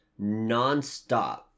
nonstop